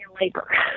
labor